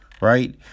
right